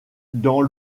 dans